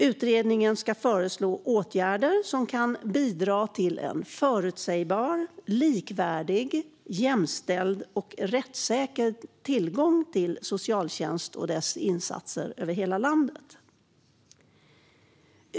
Utredningen ska föreslå åtgärder som kan bidra till en förutsägbar, likvärdig, jämställd och rättssäker tillgång till socialtjänst och dess insatser över hela landet.